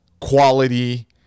quality